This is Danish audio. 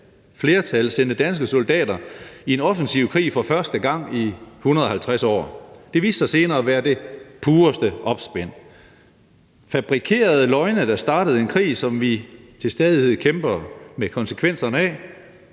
flertal sendte danske soldater i en offensiv krig for første gang i 150 år, viste sig senere at være det pureste opspind – fabrikerede løgne, der startede en krig, som vi til stadighed kæmper med konsekvenserne af,